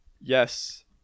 Yes